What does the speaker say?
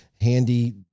handy